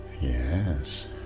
Yes